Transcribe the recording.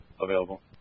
available